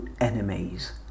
enemies